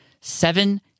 Seven